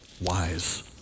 wise